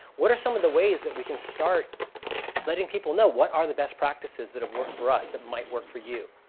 what are some of the ways that we can start letting people know what are the best practices that have worked for us that might work for you?